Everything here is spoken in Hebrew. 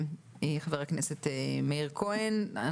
חבר הכנסת מאיר כהן,